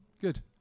good